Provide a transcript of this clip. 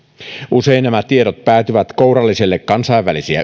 usein nämä tiedot päätyvät kouralliselle kansainvälisiä